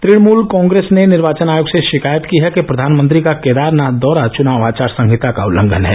तृणमूल कांग्रेस ने निर्वाचन आयोग से शिकायत की है कि प्रधानमंत्री का केदारनाथ दौरा चुनाव आचार संहिता का उल्लंघन है